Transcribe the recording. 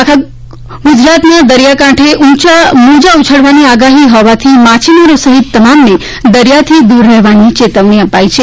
આખા ગુજરાતના દરિયાકાંઠે ઉંચા મોજા ઉછળવાની આગાહી હોવાથી માછીમારો સહિત તમામને દરિયાથી દૂર રહેવાની ચેતવણી અપાઇ છે